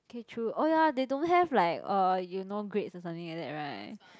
K true oh ya they don't have like uh you know grades or something like that right